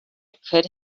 could